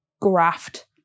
graft